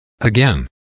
Again